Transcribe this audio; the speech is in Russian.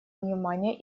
внимания